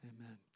Amen